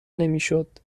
نمیشد